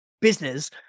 business